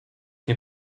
nie